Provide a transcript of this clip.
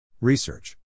Research